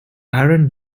aaron